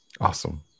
Awesome